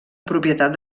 propietat